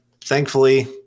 thankfully